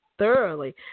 Thoroughly